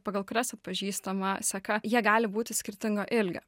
pagal kurias atpažįstama seka jie gali būti skirtingo ilgio